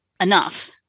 enough